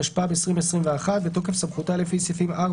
התשפ"ב 2021 בתוקף סמכותה לפי סעיפים 4,